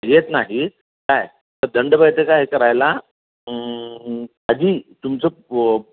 येत नाही काय तर दंडबैठका हे करायला आधी तुमचं पो